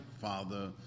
father